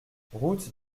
route